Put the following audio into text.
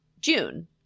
June